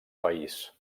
país